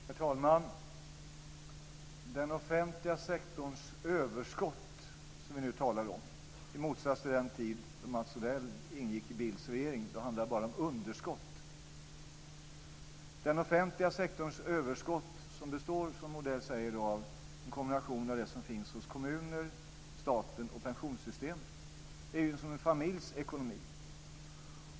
Herr talman! Den offentliga sektorns överskott, som vi nu talar om i motsats till den tid då Mats Odell ingick i Bildts regering och då det bara handlade om underskott, består, som Odell säger, av en kombination av det som finns hos kommunerna, staten och pensionssystemet. Den är ju som en familjs ekonomi.